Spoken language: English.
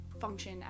function